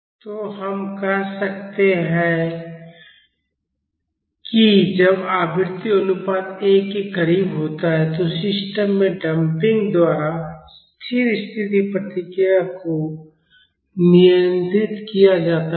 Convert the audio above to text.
तो हम कह सकते हैं कि जब आवृत्ति अनुपात 1 के करीब होता है तो सिस्टम में डंपिंग द्वारा स्थिर स्थिति प्रतिक्रिया को नियंत्रित किया जाता है